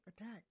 attack